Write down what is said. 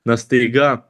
na staiga